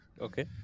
Okay